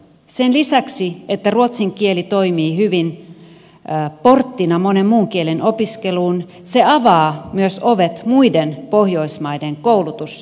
sen lisäksi että ruotsin kieli toimii hyvin porttina monen muun kielen opiskeluun se avaa myös ovet muiden pohjoismaiden koulutus ja työmarkkinoille